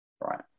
right